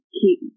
keep